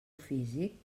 físic